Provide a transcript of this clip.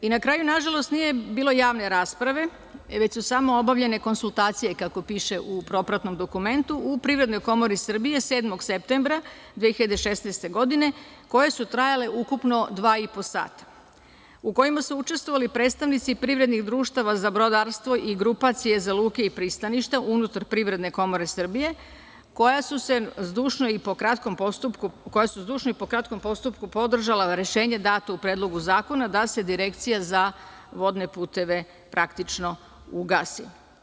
Na kraju, nažalost, nije bilo javne rasprave, već su samo obavljene konsultacije kako piše u propratnom dokumentu u PKS 7. septembra 2016. godine koji su trajale ukupno dva i po sata, u kojima su učestvovali predstavnici privrednih društava za brodarstvo i grupacije za luke i pristaništa unutar PKS koja su zdušno i po kratkom postupku podržala rešenje dato u predlogu zakona da se Direkcija za vodne puteve praktično ugasi.